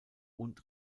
und